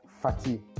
fatty